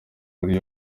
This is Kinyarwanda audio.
muri